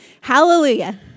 Hallelujah